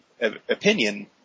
opinion